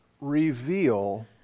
reveal